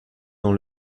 dans